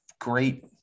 great